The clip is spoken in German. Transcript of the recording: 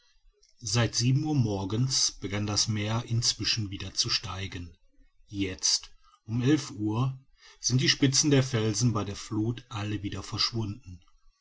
seit sieben uhr morgens begann das meer inzwischen wieder zu steigen jetzt um elf uhr sind die spitzen der felsen bei der fluth alle wieder verschwunden